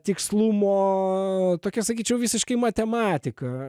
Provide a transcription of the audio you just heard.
tikslumo tokia sakyčiau visiškai matematika